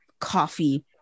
coffee